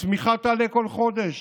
הצמיחה תעלה כל חודש,